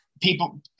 people